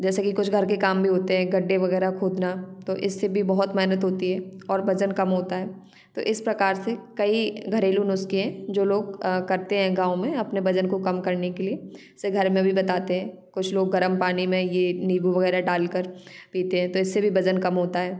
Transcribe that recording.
जैसे कि कुछ घर के काम भी होते हैं गड्ढे वगैरह खोदना तो इससे भी बहुत मेहनत होती है और वजन कम होता है तो इस प्रकार से कई घरेलू नुस्खे जो लोग अ करते हैं गाँव में अपने वजन को कम करने के लिए जैसे घर में भी बताते हैं कुछ लोग गर्म पानी में ये नींबू वगैरह डाल कर पीते हैं तो इससे भी वजन कम होता है